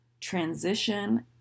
transition